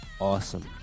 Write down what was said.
Awesome